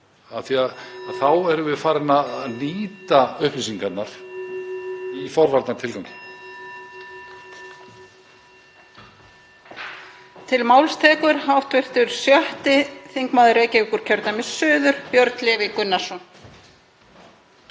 Þá erum við farin að nýta upplýsingarnar í forvarnatilgangi.